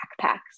backpacks